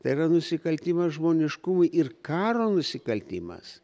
tai yra nusikaltimas žmoniškumui ir karo nusikaltimas